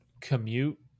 commute